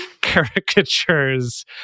caricatures